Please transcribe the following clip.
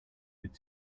could